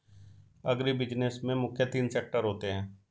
agribusiness में मुख्य तीन सेक्टर होते है